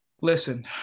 Listen